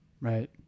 Right